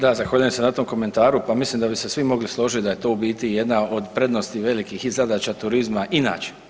Da zahvaljujem se na tom komentaru, pa mislim da bi se svi mogli složiti da je to u biti jedna od prednosti velikih i zadaća turizma inače.